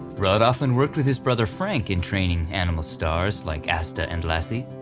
rudd often worked with his brother frank in training animal stars like asta and lassie.